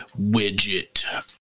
widget